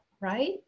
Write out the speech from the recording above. right